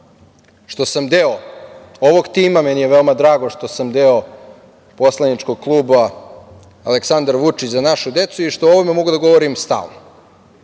što sam deo ovog tima. Meni je veoma drago što sam deo poslaničkog kluba Aleksandar Vučić – Za našu decu i što o ovome mogu da govorim stalno